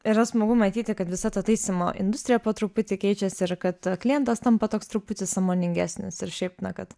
yra smagu matyti kad visa ta taisymo industrija po truputį keičiasi ir kad klientas tampa toks truputį sąmoningesnis ir šiaip na kad